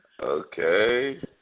Okay